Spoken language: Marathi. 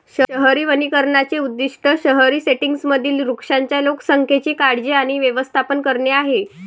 शहरी वनीकरणाचे उद्दीष्ट शहरी सेटिंग्जमधील वृक्षांच्या लोकसंख्येची काळजी आणि व्यवस्थापन करणे आहे